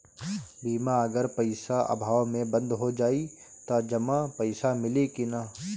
बीमा अगर पइसा अभाव में बंद हो जाई त जमा पइसा मिली कि न?